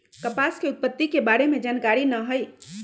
कपास के उत्पत्ति के बारे में जानकारी न हइ